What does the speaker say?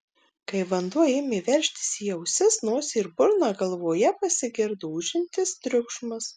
kai vanduo ėmė veržtis į ausis nosį ir burną galvoje pasigirdo ūžiantis triukšmas